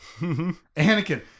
Anakin